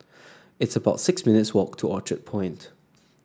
it's about six minutes' walk to Orchard Point